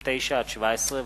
התש”ע 2010,